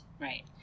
Right